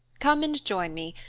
come and join me,